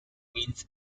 means